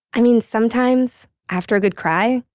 i mean, sometimes, after a good cry,